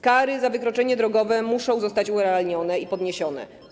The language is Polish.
Kary za wykroczenia drogowe muszą zostać urealnione i podniesione.